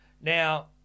Now